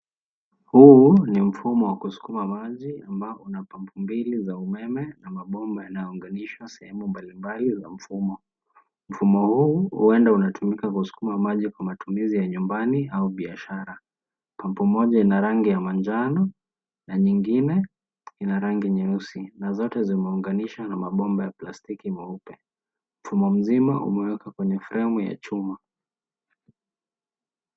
Huu ni mfumo wa kusukuma maji ambao una pump mbili za umeme na mabomba yanaunganishwa sehemu mbali mbali ya mfumo. Mfumo huu huenda unatumika kusukuma maji kwa matumizi ya nyumbani au biashara. Pampu moja ina rangi ya manjano na nyingine ina rangi nyeusi na zote zimeunganishwa na mabomba ya plastiki mweupe. Mfumo mzima umewekwa kwenye fremu ya chuma.